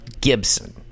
Gibson